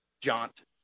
jaunt